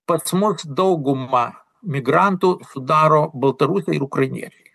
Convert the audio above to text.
pas mus daugumą migrantų sudaro baltarusiai ir ukrainiečiai